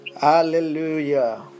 Hallelujah